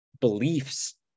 beliefs